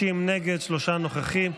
60 נגד, שלושה נוכחים.